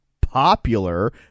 popular